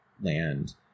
land